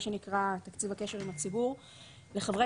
מה שנקרא תקציב הקשר עם הציבור לחברי